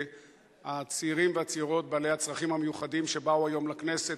הצעירים והצעירות בעלי הצרכים המיוחדים שבאו היום לכנסת,